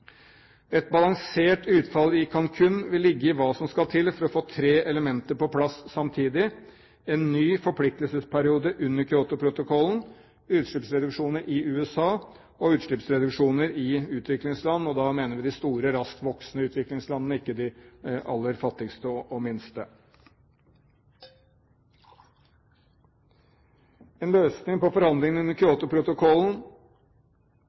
Et balansert utfall i Cancún vil ligge i hva som skal til for å få tre elementer på plass samtidig: en ny forpliktelsesperiode under Kyotoprotokollen, utslippsreduksjoner i USA og utslippsreduksjoner i utviklingsland, og da mener vi de store, rasktvoksende utviklingslandene, ikke de aller fattigste og minste. En løsning på forhandlingene under